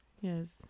yes